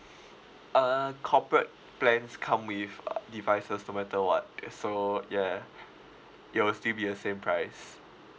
err corporate plans come with uh devices no matter what ya so ya it'll still be the same price